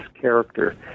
character